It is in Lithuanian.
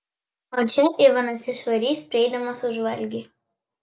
o čia ivanas išvarys prieidamas už valgį